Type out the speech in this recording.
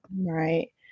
Right